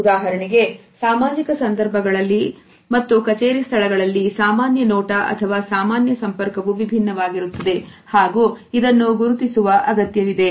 ಉದಾಹರಣೆಗೆ ಸಾಮಾಜಿಕ ಸಂದರ್ಭಗಳಲ್ಲಿ ಸಂದರ್ಭಗಳಲ್ಲಿ ಮತ್ತು ಕಚೇರಿ ಸ್ಥಳಗಳಲ್ಲಿ ಸಾಮಾನ್ಯ ನೋಟ ಅಥವಾ ಸಾಮಾನ್ಯ ಸಂಪರ್ಕವು ವಿಭಿನ್ನವಾಗಿರುತ್ತದೆ ಹಾಗೂ ಇದನ್ನು ಗುರುತಿಸುವ ಅಗತ್ಯವಿದೆ